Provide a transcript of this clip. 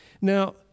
Now